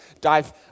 dive